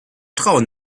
trauen